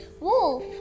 Wolf